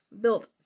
built